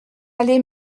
allé